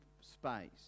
space